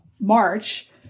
March